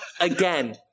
again